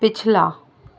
پچھلا